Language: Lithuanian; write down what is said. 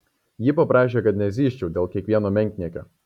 ji paprašė kad nezyzčiau dėl kiekvieno menkniekio